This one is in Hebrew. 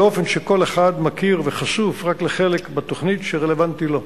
באופן שכל אחד מכיר וחשוף רק לחלק בתוכנית שרלוונטי לו.